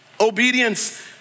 obedience